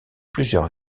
plusieurs